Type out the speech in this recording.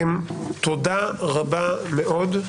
תודה רבה מאוד.